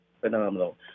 Phenomenal